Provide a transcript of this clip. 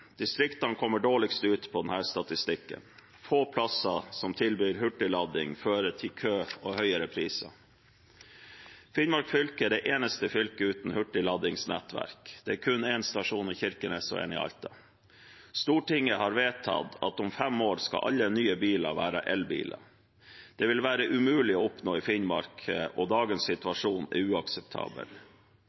Distriktene kommer dårligst ut på denne statistikken. At det er få plasser som tilbyr hurtiglading, fører til kø og høyere priser. Finnmark fylke er det eneste fylket uten hurtigladenettverk – det er kun én stasjon i Kirkenes og én i Alta. Stortinget har vedtatt at om fem år skal alle nye biler være elbiler. Det vil være umulig å oppnå i Finnmark, og dagens situasjon er uakseptabel.